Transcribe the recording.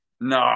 No